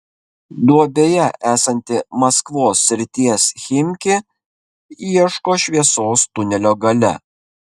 duobėje esanti maskvos srities chimki ieško šviesos tunelio gale